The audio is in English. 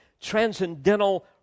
transcendental